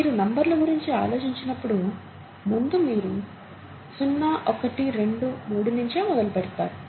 మీరు నంబర్ల గురించి ఆలోచించినప్పుడు ముందు మీరు 0 1 2 3 నించే మొదలుపెడతారు